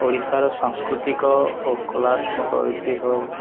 ଓଡ଼ିଶାର ସାଂସ୍କୃତିକ ଓ କଳାତ୍ମକ ଐତିହ୍ୟ